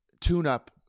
tune-up